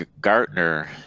gartner